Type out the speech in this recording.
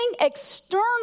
external